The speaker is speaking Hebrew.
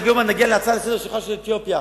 עוד מעט נגיע להצעה לסדר-היום שלך על אתיופיה,